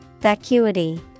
vacuity